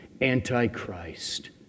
antichrist